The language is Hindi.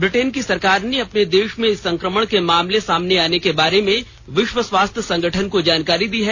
ब्रिटेन की सरकार ने अपने देश में इस संक्रमण के मामले सामने आने के बारे में विश्व स्वास्थ्य संगठन को जानकारी दी है